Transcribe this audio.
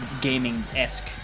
gaming-esque